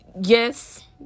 Yes